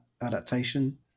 adaptation